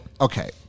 okay